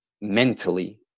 mentally